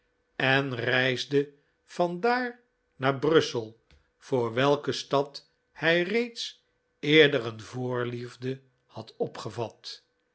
en reisde van daar naar brussel voor welke stad hij reeds eerder een voorliefde had opgevat